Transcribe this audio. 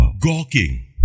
gawking